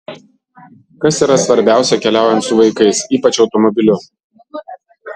kas yra svarbiausia keliaujant su vaikais ypač automobiliu